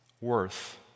Worth